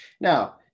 now